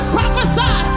prophesy